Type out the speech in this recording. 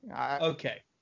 okay